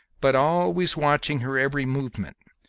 but always watching her every movement,